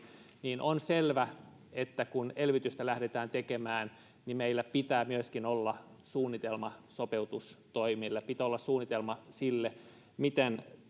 niin on selvä että kun elvytystä lähdetään tekemään niin meillä pitää myöskin olla suunnitelma sopeutustoimille pitää olla suunnitelma sille miten